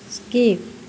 skip